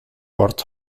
ort